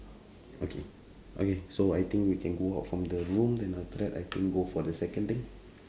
okay okay so I think we can go out from the room then after that I think go for the second thing